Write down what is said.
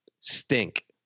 stink